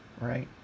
Right